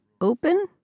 open